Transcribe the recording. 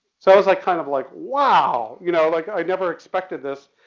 so it was like kind of like, wow, you know, like i never expected this.